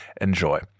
enjoy